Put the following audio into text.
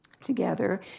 together